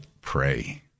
pray